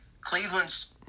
cleveland's